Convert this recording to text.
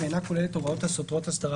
ואינה כוללת הוראות הסותרות אסדרה